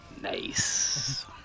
Nice